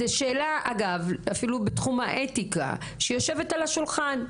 זו שאלה אגב, בתחום האתיקה, שנמצאת על השולחן.